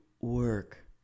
work